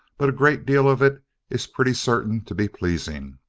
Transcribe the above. but a great deal of it is pretty certain to be pleasing.